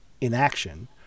inaction